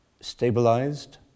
stabilized